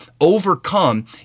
overcome